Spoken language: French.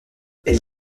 elle